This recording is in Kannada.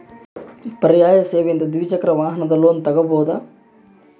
ಪರ್ಯಾಯ ಸೇವೆಯಿಂದ ದ್ವಿಚಕ್ರ ವಾಹನದ ಲೋನ್ ತಗೋಬಹುದಾ?